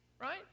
right